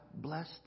blessed